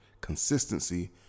consistency